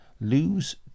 lose